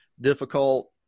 difficult